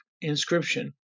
inscription